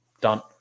done